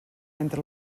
entre